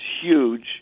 huge